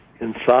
inside